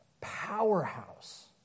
powerhouse